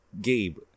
Gabe